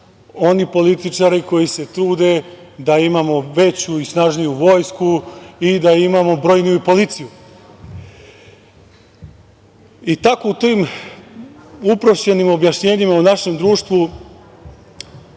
oni političari koji se trude da imamo veću i snažniju vojsku i da imamo brojniju policiju. Tako u tim uprošćenim objašnjenjima, u našem društvu,